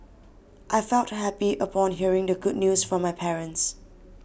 I felt happy upon hearing the good news from my parents